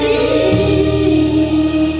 me